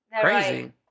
crazy